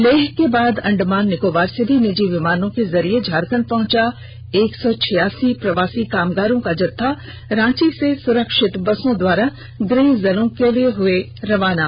लेह के बाद अंडमान निकोबार से भी निजी विमान के जरिये झारखंड पहुंचा एक सौ त् छियासी प्रवासी कामगारों का जत्था रांची से सुरक्षित बसों द्वारा गृह जिलों के लिए हुए रवाना